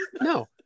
No